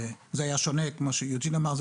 וכמו שיוג'ין אמר,